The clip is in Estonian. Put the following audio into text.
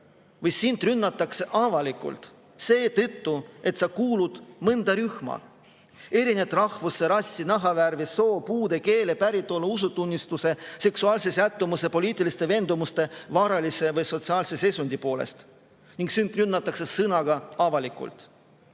või sind rünnatakse avalikult seetõttu, et sa kuulud mõnda rühma – erined rahvuse, rassi, nahavärvi, soo, puude, keele, päritolu, usutunnistuse, seksuaalse sättumuse, poliitiliste veendumuste, varalise või sotsiaalse seisundi poolest –, ning sind rünnatakse sõnaga avalikult.